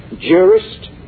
jurist